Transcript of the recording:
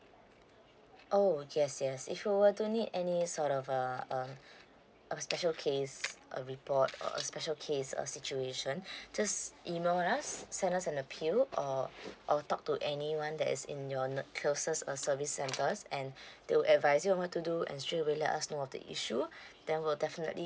oh yes yes if you were to need any sort of uh uh a special case uh report or a special case uh situation just email us send us an appeal or or talk to anyone that is in your uh closest uh service centres and they will advise you on what to do and straight away let us know of the issue then we'll definitely